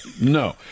No